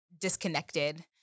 disconnected